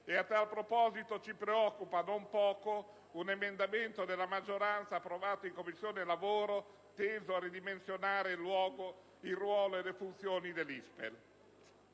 A tal proposito, ci preoccupa non poco un emendamento della maggioranza, approvato in Commissione lavoro, diretto a ridimensionare il ruolo e le funzioni dell'ISPEL.